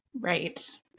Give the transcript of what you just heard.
Right